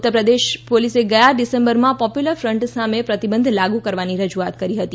ઉત્તરપ્રદેશ પોલીસે ગયા ડિસેમ્બરમાં પોપ્યુલર ફ્રન્ટ સામે પ્રતિબંધ લાગુ કરવાની રજુઆત કરી હતી